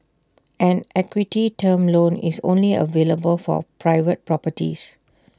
an equity term loan is only available for private properties